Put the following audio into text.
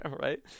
Right